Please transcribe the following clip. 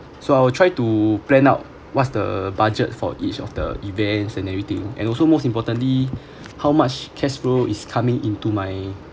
so I will try to plan out what's the budget for each of the events and everything and also most importantly how much cash flow is coming into my